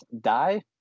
die